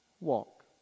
walk